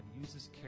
uses